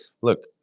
look